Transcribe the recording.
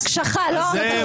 יש הקשחה, לא ריכוך.